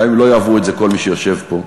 גם אם לא יאהבו את זה כל מי שיושב פה,